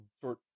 short